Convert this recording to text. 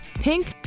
Pink